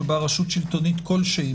שבה רשות שלטונית כלשהי,